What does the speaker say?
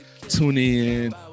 TuneIn